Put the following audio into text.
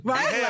Right